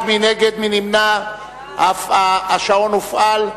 השעון הופעל.